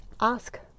ask